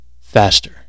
faster